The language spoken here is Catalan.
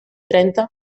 trenta